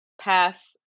pass